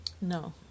no